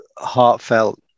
heartfelt